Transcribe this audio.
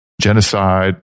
genocide